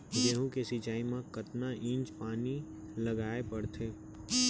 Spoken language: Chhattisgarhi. गेहूँ के सिंचाई मा कतना इंच पानी लगाए पड़थे?